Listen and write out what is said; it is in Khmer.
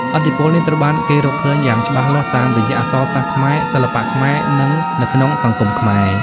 ឥទ្ធិពលនេះត្រូវបានគេរកឃើញយ៉ាងច្បាស់លាស់តាមរយៈអក្សរសាស្ត្រខ្មែរ សិល្បៈខ្មែរ និងនៅក្នុងសង្គមខ្មែរ។